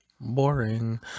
Boring